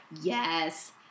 yes